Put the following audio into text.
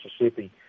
Mississippi